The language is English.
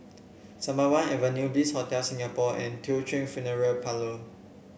Sembawang Avenue Bliss Hotel Singapore and Teochew Funeral Parlour